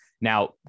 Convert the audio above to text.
Now